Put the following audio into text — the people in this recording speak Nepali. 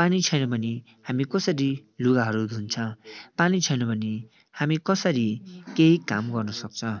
पानी छैन भने हामी कसरी लुगाहरू धुन्छ पानी छैन भने हामी कसरी केही काम गर्नु सक्छ